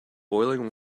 boiling